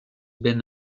ben